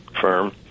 firm